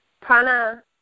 prana